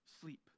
sleep